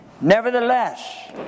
Nevertheless